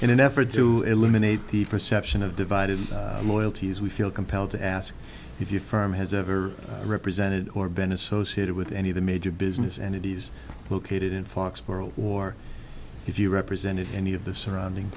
in an effort to eliminate the perception of divided loyalties we feel compelled to ask if your firm has ever represented or been associated with any of the major business entities who created in fox world war if you represented any of the surrounding